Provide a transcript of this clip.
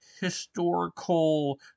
historical